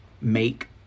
make